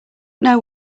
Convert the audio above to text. know